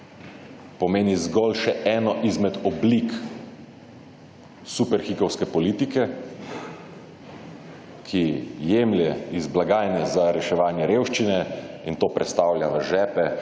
pomeni zgolj še eno izmed oblik superhikovske politike, ki jemlje iz blagajne za reševanje revščine in to prestavlja v žepe